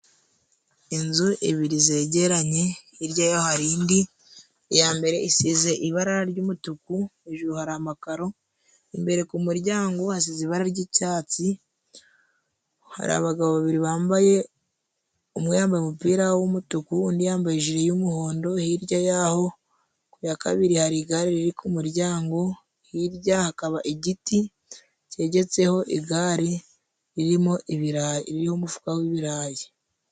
Inzu ebyiri zegeranye, hirya yo hari indi, iya mbere isize ibara ry'umutuku, hejuru hari amakaro, imbere ku muryango hasize ibara ry'icyatsi. Hari abagabo babiri bambaye umwe yambaye umupira w'umutuku, undi yambaye ijire y'umuhondo, hirya y'aho ku ya kabiri hari igare riri ku muryango, hirya hakaba igiti cyegetseho igare ririho umufuka w'ibirayi.